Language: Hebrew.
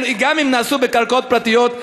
גם אם מדובר בקרקעות פרטיות,